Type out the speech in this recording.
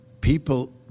people